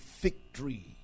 victory